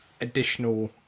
additional